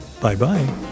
Bye-bye